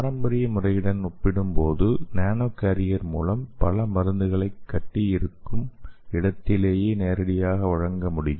பாரம்பரிய முறையுடன் ஒப்பிடும்போது நானோ கேரியர் மூலம் பல மருந்துகளை கட்டி இருக்கும் இடத்திலேயே நேரடியாக வழங்க முடியும்